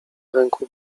ręku